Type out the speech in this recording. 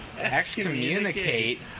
excommunicate